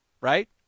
Right